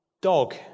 dog